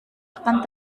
akan